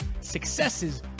successes